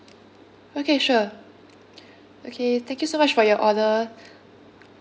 okay sure okay thank you so much for your order